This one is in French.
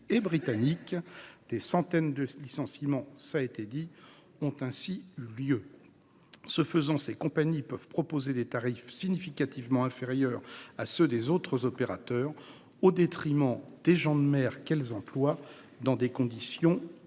et britannique. Des centaines de licenciements ont ainsi eu lieu. Ce faisant, ces compagnies peuvent proposer des tarifs significativement inférieurs à ceux des autres opérateurs, au détriment des gens de mer qu'elles emploient dans des conditions précaires.